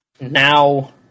now